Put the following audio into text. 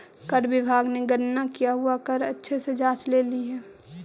कर विभाग ने गणना किया हुआ कर अच्छे से जांच लेली हे